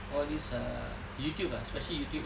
all these uh youtube lah especially youtube